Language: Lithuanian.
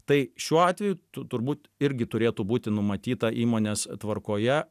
tai šiuo atveju tu turbūt irgi turėtų būti numatyta įmonės tvarkoje